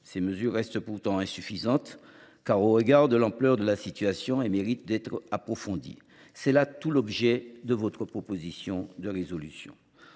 Ces mesures restent pourtant insuffisantes au regard de l’ampleur de la situation et méritent d’être approfondies. C’est là tout l’objet de votre proposition de résolution.